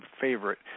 favorite